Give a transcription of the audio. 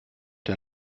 der